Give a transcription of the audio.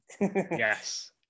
yes